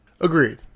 Agreed